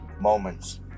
moments